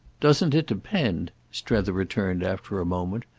doesn't it depend, strether returned after a moment,